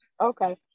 Okay